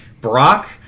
Brock